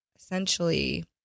essentially